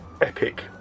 epic